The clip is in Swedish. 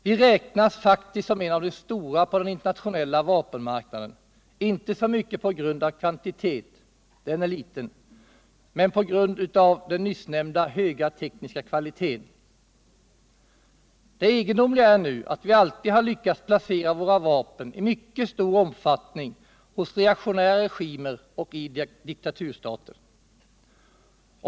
Vi räknas faktiskt som en av de stora på den internationella vapenmarknaden, inte så mycket på grund av kvantitet, den är liten, som på grund av den nyssnämnda höga tekniska kvaliteten. Det egendomliga är nu att vi alltid har lyckats placera våra vapen i mycket stor omfattning hos reaktionära regimer och i diktaturstater.